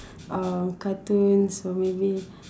um cartoons or maybe